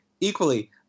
equally